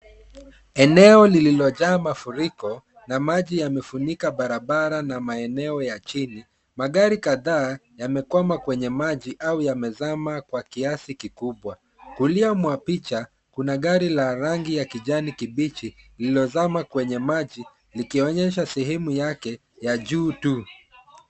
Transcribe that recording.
Eneo lililojaa mafuriko na maji yamefurika barabara na maeneo ya chini. Magari kadhaa yamekwama kwenye maji au yamezama kwa kiasi kikubwa. Kulia mwa picha kuna gari la rangi ya kijani kibichi lililozama kwenye maji likionyesha sehemu yake ya juu tu.